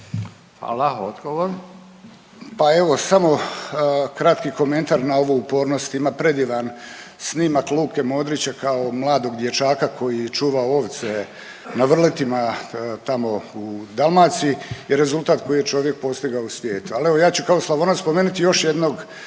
Josip (HDZ)** Pa evo samo kratki komentar na ovu upornost, ima predivan snimak Luke Modrića kao mladog dječaka koji čuva ovce na vrletima tamo u Dalmaciji i rezultat koji je čovjek postigao u svijetu. Ali evo ja ću kao Slavonac spomenuti još jednog